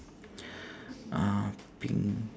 uh pink